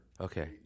Okay